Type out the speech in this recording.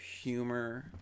humor